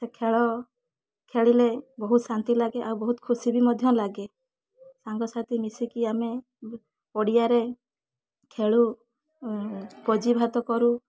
ସେ ଖେଳ ଖେଳିଲେ ବହୁତ ଶାନ୍ତି ଲାଗେ ଆଉ ବହୁତ ଖୁସି ବି ମଧ୍ୟ ଲାଗେ ସାଙ୍ଗସାଥି ମିଶିକି ଆମେ ପଡ଼ିଆରେ ଖେଳୁ ଭୋଜି ଭାତ କରୁ